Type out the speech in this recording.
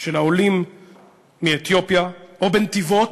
של העולים מאתיופיה, או בנתיבות,